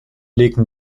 legten